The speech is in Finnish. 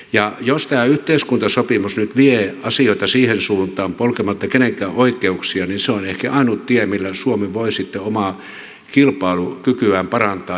ja jos tämä yhteiskuntasopimus nyt vie asioita siihen suuntaan polkematta kenenkään oikeuksia niin se on ehkä ainut tie millä suomi voi sitten omaa kilpailukykyään parantaa